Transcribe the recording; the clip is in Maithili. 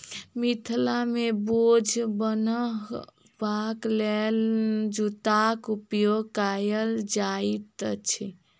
मिथिला मे बोझ बन्हबाक लेल जुन्नाक उपयोग कयल जाइत अछि